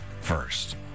first